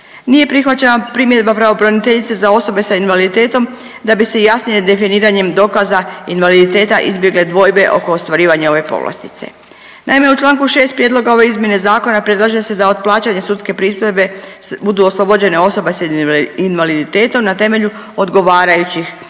Nije prihvaćena primjedba pravobraniteljice za osobe sa invaliditetom da bi se jasnije definiranjem dokaza invaliditeta izbjegle dvojbe oko ostvarivanja ove povlastice. Naime, u Članku 6. prijedloga ove izmjene zakona predlaže se da od plaćanja sudske pristojbe budu oslobođene osobe s invaliditetom na temelju odgovarajućih isprava